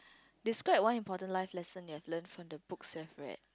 describe one important life lesson you have learned from the books you have read